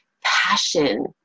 passion